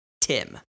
Tim